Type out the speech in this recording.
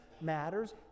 matters